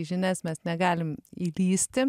į žinias mes negalim įlįsti